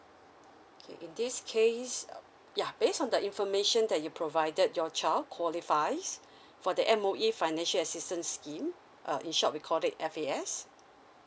okay this case ya based on the information that you provided your child qualifies for the M_O_E financial assistance scheme uh in short we call it F_A_S